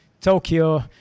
tokyo